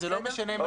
אז זה לא משנה אם